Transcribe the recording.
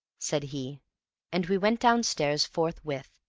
said he and we went downstairs forthwith,